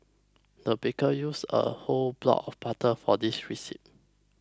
the baker used a whole block of butter for this recipe